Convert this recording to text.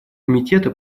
комитета